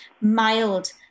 mild